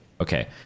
okay